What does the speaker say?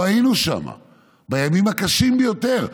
לא היינו שם בימים הקשים ביותר,